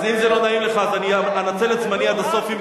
אז אם זה לא נעים לךָ, אני אנצל את זמני עד הסוף.